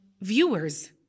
viewers